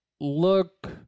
look